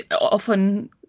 often